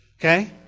Okay